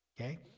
okay